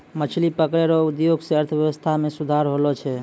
मछली पकड़ै रो उद्योग से अर्थव्यबस्था मे सुधार होलो छै